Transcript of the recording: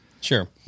Sure